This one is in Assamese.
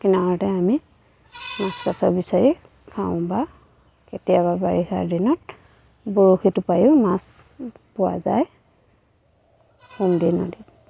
কিনাৰতে আমি মাছ কাছ বিচাৰি খাওঁ বা কেতিয়াবা বাৰিষাৰ দিনত বৰশী টোপাইও মাছ পোৱা যায় সোমদি নদীত